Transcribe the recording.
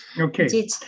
Okay